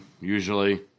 usually